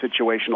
situational